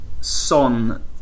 Son